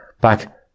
back